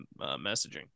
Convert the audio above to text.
messaging